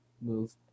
move